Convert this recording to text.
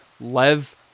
Lev